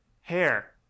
hair